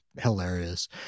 hilarious